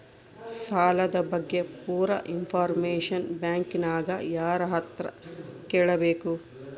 ಸಾಲದ ಬಗ್ಗೆ ಪೂರ ಇಂಫಾರ್ಮೇಷನ ಬ್ಯಾಂಕಿನ್ಯಾಗ ಯಾರತ್ರ ಕೇಳಬೇಕು?